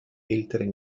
älteren